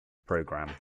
program